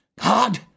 God